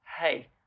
hey